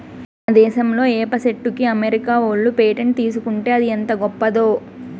మన దేశంలా ఏప చెట్టుకి అమెరికా ఓళ్ళు పేటెంట్ తీసుకుంటే అది ఎంత గొప్పదో